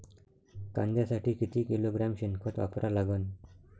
कांद्यासाठी किती किलोग्रॅम शेनखत वापरा लागन?